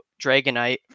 dragonite